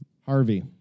Harvey